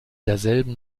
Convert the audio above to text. derselben